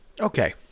okay